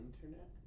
internet